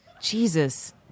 Jesus